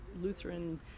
Lutheran